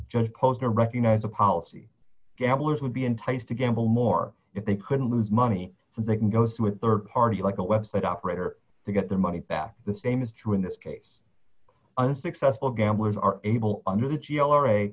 just close to recognize the policy gamblers would be enticed to gamble more if they could lose money so they can go to a rd party like a web site operator to get their money back the same is true in this case unsuccessful gamblers are able under the g l